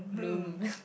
bloom